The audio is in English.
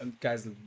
guys